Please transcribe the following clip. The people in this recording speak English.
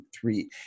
three